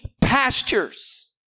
pastures